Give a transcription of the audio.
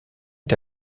est